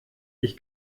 ich